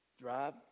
drive